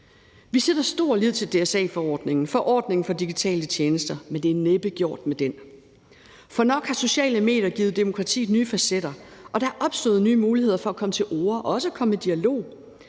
Vi sætter stor lid til DSA-forordningen, forordningen for digitale tjenester, men det er næppe gjort med den. For nok har sociale medier givet demokratiet nye facetter, og der er opstået nye muligheder for at komme til orde og også at komme i dialog,